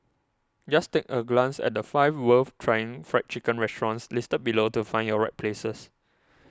just take a glance at the five worth trying Fried Chicken restaurants listed below to find your right places